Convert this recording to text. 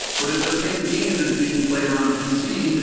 but if the same game is being played on a pc,